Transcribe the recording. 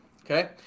okay